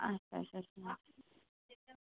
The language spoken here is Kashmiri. اَچھا اَچھا اَچھا